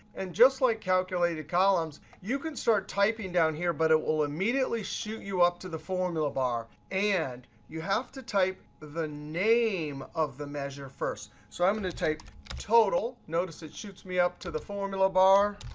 and just like calculated columns, you can start typing down here, but it will immediately shoot you up to the formula bar. and you have to type the name of the measure first. so i'm going to type total. notice it shoots me up to the formula bar.